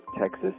Texas